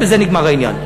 ובזה נגמר העניין.